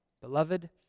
Beloved